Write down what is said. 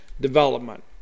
development